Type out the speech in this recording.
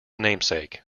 namesake